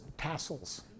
Tassels